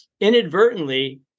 inadvertently